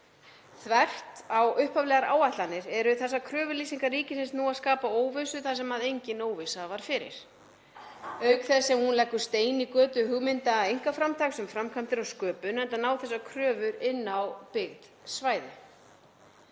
Þvert á upphaflegar áætlanir eru þessar kröfulýsingar ríkisins nú að skapa óvissu þar sem engin óvissa var fyrir auk þess sem þær leggja stein í götu hugmynda einkaframtaks um framkvæmdir og sköpun, enda ná þessar kröfur inn á byggð svæði.